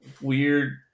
Weird